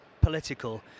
political